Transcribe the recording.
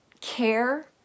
care